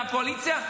מהקואליציה,